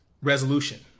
resolution